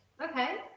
Okay